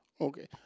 Okay